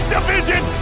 Division